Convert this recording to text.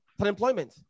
Unemployment